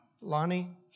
Lonnie